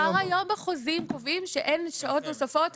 כבר היום בחוזים קובעים שאין שעות נוספות,